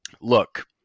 look